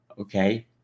Okay